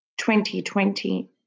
2020